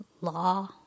law